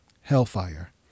hellfire